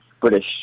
British